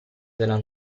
della